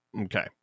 Okay